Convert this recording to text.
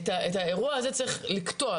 את האירוע הזה צריך לקטוע.